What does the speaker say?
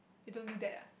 you don't do that ah